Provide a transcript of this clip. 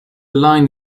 line